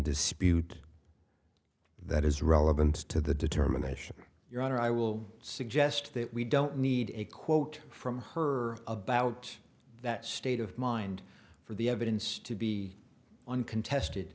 dispute that is relevant to the determination your honor i will suggest that we don't need a quote from her about that state of mind for the evidence to be uncontested